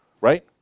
Right